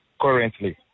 currently